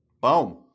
Boom